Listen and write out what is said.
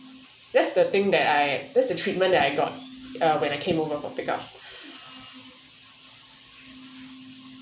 that's the thing that I that's the treatment that I got uh when I came over for pick up